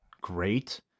great